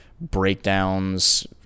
breakdowns